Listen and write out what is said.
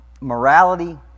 morality